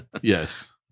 Yes